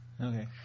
Okay